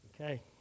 okay